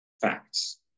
facts